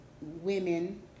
women